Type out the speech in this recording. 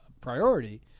priority